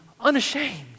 unashamed